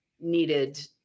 needed